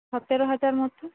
সতেরো হাজার মতো